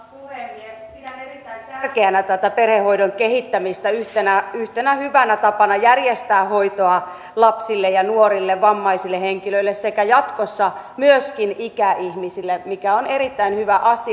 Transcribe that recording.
pidän erittäin tärkeänä tätä perhehoidon kehittämistä yhtenä hyvänä tapana järjestää hoitoa lapsille ja nuorille vammaisille henkilöille sekä jatkossa myöskin ikäihmisille mikä on erittäin hyvä asia